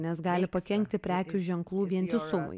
nes gali pakenkti prekių ženklų vientisumui